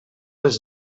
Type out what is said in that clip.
les